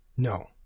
No